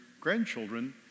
grandchildren